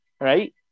right